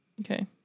Okay